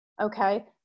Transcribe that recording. Okay